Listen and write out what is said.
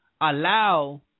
allow